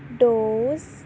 dose